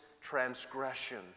transgression